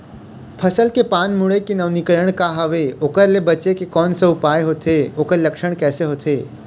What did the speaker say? फसल के पान मुड़े के नवीनीकरण का हवे ओकर ले बचे के कोन सा उपाय होथे ओकर लक्षण कैसे होथे?